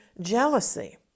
jealousy